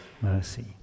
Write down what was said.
mercy